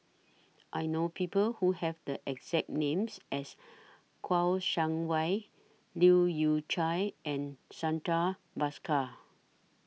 I know People Who Have The exact Names as Kouo Shang Wei Leu Yew Chye and Santha Bhaskar